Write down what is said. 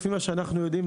לפי מה שאנחנו יודעים,